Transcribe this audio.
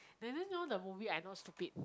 there's this new the movie I not stupid